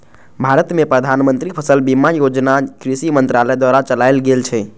भारत मे प्रधानमंत्री फसल बीमा योजना कृषि मंत्रालय द्वारा चलाएल गेल छै